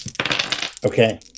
Okay